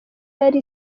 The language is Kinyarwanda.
yari